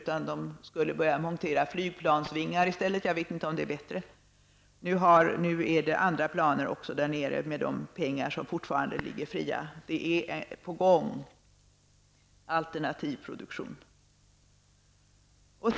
Man skulle i stället börja montera flygplansvingar. Jag vet inte om det är bättre. Nu finns det också andra planer där nere, eftersom det fortfarande finns pengar som är fria. Alternativ produktion pågår.